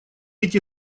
эти